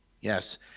Yes